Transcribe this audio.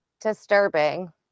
disturbing